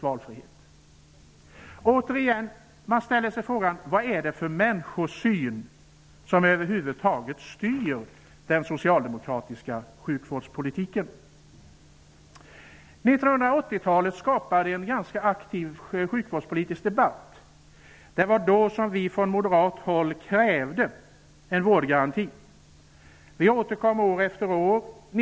Man ställer sig återigen frågan: Vad är det för människosyn som över huvud taget styr den socialdemokratiska sjukvårdspolitiken? 1980-talet skapade en ganska aktiv sjukvårdspolitisk debatt. Det var då som vi från moderat håll krävde en vårdgaranti. Vi återkom med detta krav år efter år.